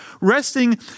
resting